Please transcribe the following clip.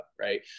Right